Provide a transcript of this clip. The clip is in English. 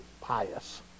pious